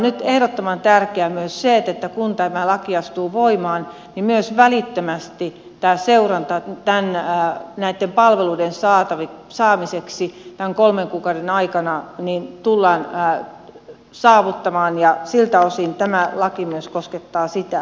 nyt on ehdottoman tärkeää myös se että kun tämä laki astuu voimaan välittömästi myös seuranta näiden palveluiden saamiseksi tämän kolmen kuukauden aikana tullaan saavuttamaan ja siltä osin tämä laki myös koskettaa sitä